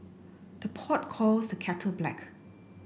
the pot calls the kettle black